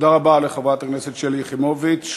תודה רבה לחברת הכנסת שלי יחימוביץ.